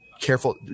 careful